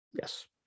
Yes